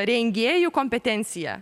rengėjų kompetencija